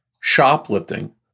shoplifting